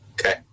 okay